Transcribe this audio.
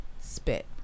spit